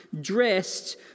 dressed